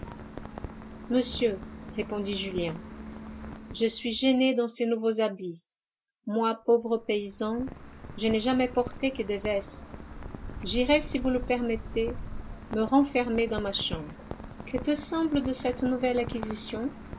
monsieur répondit julien je suis gêné dans ces nouveaux habits moi pauvre paysan je n'ai jamais porté que des vestes j'irai si vous le permettez me renfermer dans ma chambre que te semble de cette nouvelle